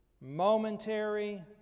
Momentary